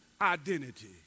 identity